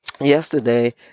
yesterday